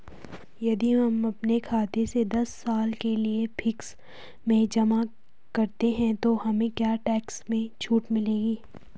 यदि हम अपने खाते से दस साल के लिए फिक्स में जमा करते हैं तो हमें क्या टैक्स में छूट मिलेगी?